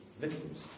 victims